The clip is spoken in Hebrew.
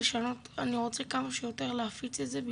אני רוצה כמה שיותר להפיץ את זה,